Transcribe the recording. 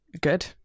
Good